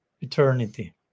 eternity